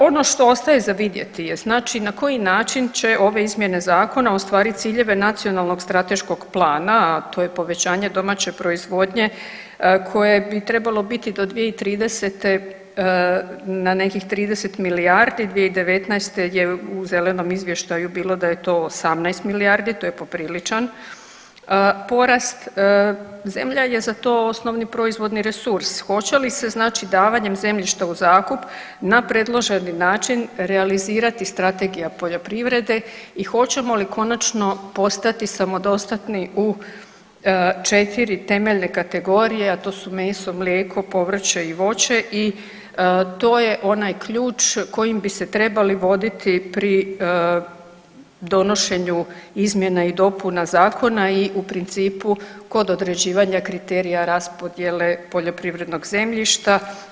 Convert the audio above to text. Ono što ostaje za vidjeti je znači na koji način će ove izmjene zakona ostvarit ciljeve nacionalnog strateškog plana, a to je povećanje domaće proizvodnje koje bi trebalo biti do 2030. na nekih 30 milijardi, 2019. je u zelenom izvještaju bilo da je to 18 milijardi, to je popriličan porast, zemlja je za to osnovni proizvodni resurs, hoće li se znači davanjem zemljišta u zakup na predloženi način realizirati strategija poljoprivrede i hoćemo li konačno postati samodostatni u 4 temeljne kategorije, a to su meso, mlijeko, povrće i voće i to je onaj ključ kojim bi se trebali voditi pri donošenju izmjena i dopuna zakona i u principu kod određivanja kriterija raspodjele poljoprivrednog zemljišta.